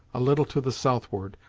a little to the southward,